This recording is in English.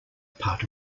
part